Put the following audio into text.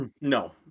No